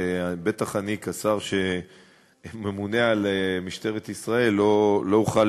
ובטח אני כשר שממונה על משטרת ישראל לא אוכל